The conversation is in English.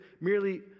merely